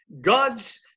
God's